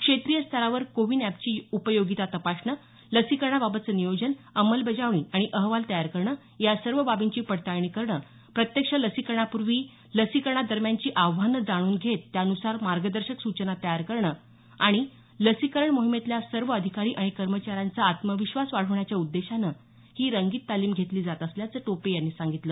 क्षेत्रीय स्तरावर कोवीन अॅपची उपयोगिता तपासणं लसीकरणाबाबतचं नियोजन अंमलबजावणी आणि अहवाल तयार करणं या सर्व बाबींची पडताळणी करणं प्रत्यक्ष लसीकरणापूर्वी लसीकरणादरम्यानची आव्हानं जाणून घेत त्यानुसार मार्गदर्शक सूचना तयार करणं आणि लसीकरण मोहिमेतल्या सर्व अधिकारी आणि कर्मचाऱ्यांचा आत्मविश्वास वाढवण्याच्या उद्देशानं ही रंगीत तालीम घेतली जात असल्याचं टोपे यांनी सांगितलं